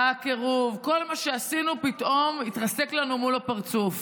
בקירוב, כל מה שעשינו פתאום התרסק לנו מול הפרצוף.